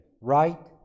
right